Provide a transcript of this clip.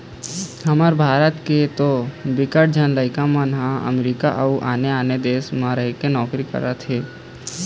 हमर भारत के तो बिकट झन लइका मन ह अमरीका अउ आने आने देस म रहिके नौकरी करत हे